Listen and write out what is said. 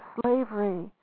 slavery